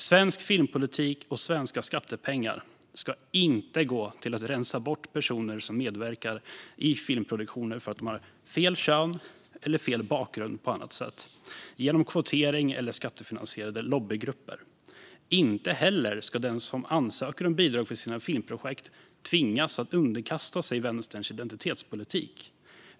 Svensk filmpolitik och svenska skattepengar ska inte leda till att man genom kvotering eller skattefinansierade lobbygrupper rensar bort personer som medverkar i filmproduktioner för att de har fel kön eller på annat sätt fel bakgrund. Inte heller ska den som ansöker om bidrag för sina filmprojekt tvingas underkasta sig vänsterns identitetspolitik.